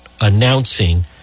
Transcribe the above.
announcing